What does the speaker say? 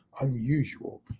unusual